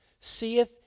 seeth